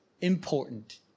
important